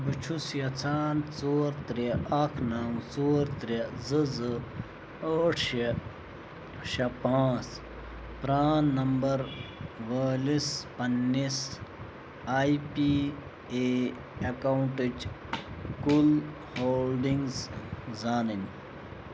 بہٕ چھُس یژھان ژور ترٛےٚ اکھ نَو ژور ترٛےٚ زٕ زٕ ٲٹھ شےٚ شےٚ پانٛژھ پرٛان نمبر وٲلِس پنٛنِس آی پی اے اٮ۪کاوُنٛٹٕچ کُل ہولڈِنٛگٕز زانٕنۍ